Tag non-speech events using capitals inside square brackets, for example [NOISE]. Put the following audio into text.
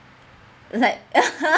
like [LAUGHS]